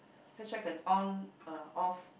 actually I can on uh off